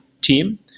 team